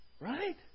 Right